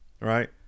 right